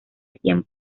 tiempo